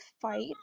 fight